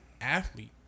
athlete